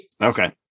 Okay